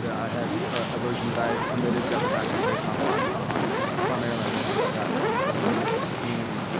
i had a version that i had submitted that was actually based on a lot, primarily on input i got from several members of the community.